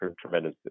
tremendous